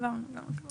העברנו גם לוועדה.